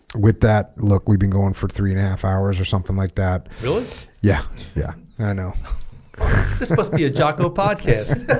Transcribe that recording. with that look we've been going for three and a half hours or something like that really yeah yeah i know this must be a jocko podcast